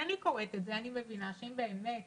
כשאני קוראת את זה, אני מבינה שאם באמת